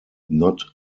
not